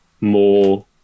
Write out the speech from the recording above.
more